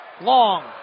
long